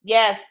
Yes